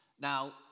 Now